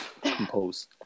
Compose